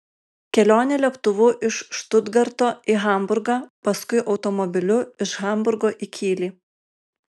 kelionė lėktuvu iš štutgarto į hamburgą paskui automobiliu iš hamburgo į kylį